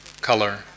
color